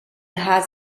has